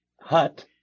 hut